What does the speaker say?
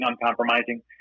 uncompromising